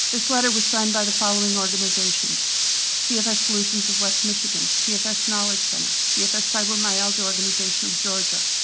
this letter was signed by the following organizations cfs solutions of west michigan, cfs knowledge center, cfs fibromyalgia organization of georgia,